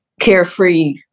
carefree